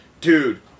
dude